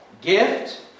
Gift